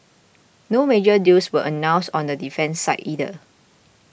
no major deals were announced on the defence side either